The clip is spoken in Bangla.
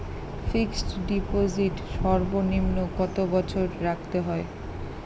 ফিক্সড ডিপোজিট সর্বনিম্ন কত বছর রাখতে হয়?